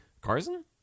Carson